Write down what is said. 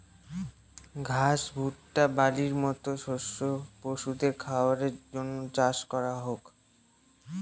ঘাস, ভুট্টা, বার্লির মতো শস্য পশুদের খাবারের জন্য চাষ করা হোক